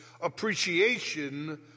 appreciation